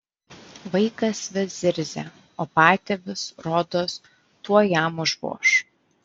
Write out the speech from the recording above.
vaikas vis zirzė o patėvis rodos tuoj jam užvoš